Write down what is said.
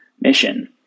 mission